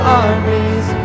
armies